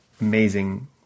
amazing